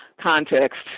context